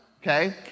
okay